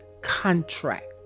contract